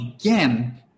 again